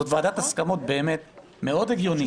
זאת באמת ועדת הסכמות מאוד הגיונית.